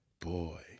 Boy